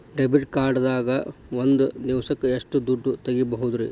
Debit card ದಾಗ ಒಂದ್ ದಿವಸಕ್ಕ ಎಷ್ಟು ದುಡ್ಡ ತೆಗಿಬಹುದ್ರಿ?